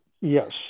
Yes